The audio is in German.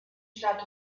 stadt